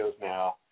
now